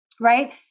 right